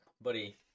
Buddy